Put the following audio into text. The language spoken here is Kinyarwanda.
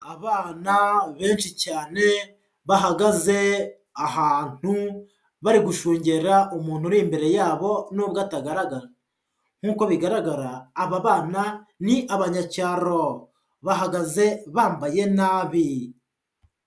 Abana benshi cyane bahagaze ahantu bari gushungera umuntu uri imbere yabo nubwo atagaragara, nk'uko bigaragara aba bana ni abanyacyaro, bahagaze bambaye nabi.